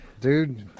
Dude